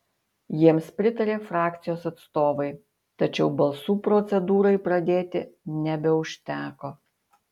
jiems pritarė frakcijos atstovai tačiau balsų procedūrai pradėti nebeužteko